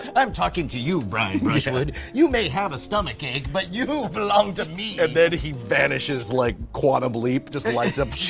i'm talking to you brian brushwood, you may have a stomachache, but you belong to me. and then he vanishes like quantum leap, just lights up.